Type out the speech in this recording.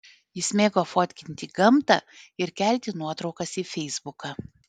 jis mėgo fotkinti gamtą ir kelti nuotraukas į feisbuką